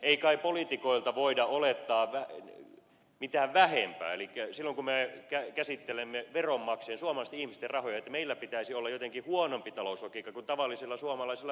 ei kai poliitikoilta voida olettaa mitään vähempää elikkä sitä että silloin kun me käsittelemme veronmaksajien suomalaisten ihmisten rahoja meillä pitäisi olla jotenkin huonompi talouslogiikka kuin tavallisilla suomalaisilla veronmaksajilla